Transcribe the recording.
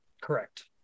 correct